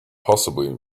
possibly